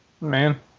Man